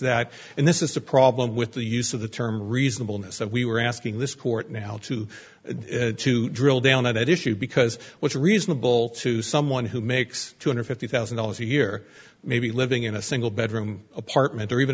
that and this is a problem with the use of the term reasonable miss and we were asking this court now to drill down on that issue because what's reasonable to someone who makes two hundred fifty thousand dollars a year maybe living in a single bedroom apartment or even